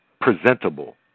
presentable